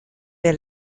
mehr